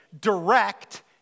direct